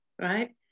right